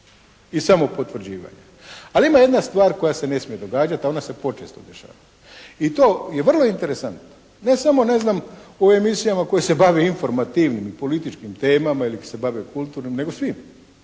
i samopotvrđivanja. Ali ima jedna stvar koja se ne smije događati, a ona se počesto dešava. I to je vrlo interesantno. Ne samo, ne znam, u emisijama koje se bave informativnim i političkim temama ili se bave kulturnim nego svim.